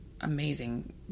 amazing